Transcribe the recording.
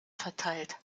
verteilt